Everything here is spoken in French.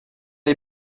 les